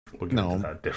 no